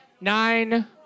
Nine